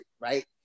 right